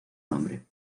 nombre